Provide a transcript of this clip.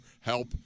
help